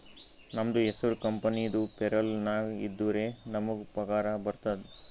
ನಮ್ದು ಹೆಸುರ್ ಕಂಪೆನಿದು ಪೇರೋಲ್ ನಾಗ್ ಇದ್ದುರೆ ನಮುಗ್ ಪಗಾರ ಬರ್ತುದ್